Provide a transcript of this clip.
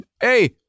hey